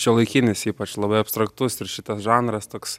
šiuolaikinis ypač labai abstraktus ir šitas žanras toks